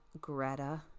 Greta